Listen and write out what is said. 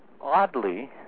oddly